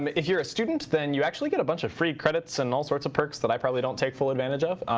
if you're a student, then you actually get a bunch of free credits and all sorts of perks that i probably don't take full advantage of.